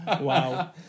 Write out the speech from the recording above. Wow